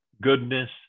goodness